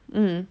mm